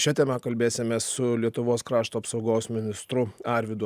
šia tema kalbėsimės su lietuvos krašto apsaugos ministro arvydu